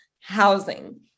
housing